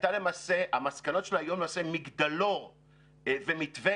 המסקנות שלה היו למעשה מגדלור ומתווה